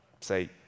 say